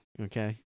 okay